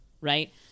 right